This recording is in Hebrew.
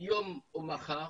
היום או מחר